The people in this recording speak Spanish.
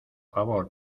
favor